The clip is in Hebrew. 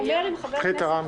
חס וחלילה.